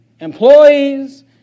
employees